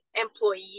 employee